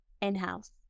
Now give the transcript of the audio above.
in-house